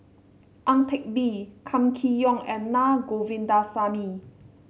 Ang Teck Bee Kam Kee Yong and Naa Govindasamy